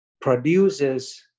produces